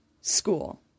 school